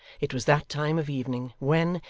it was that time of evening when,